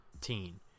teen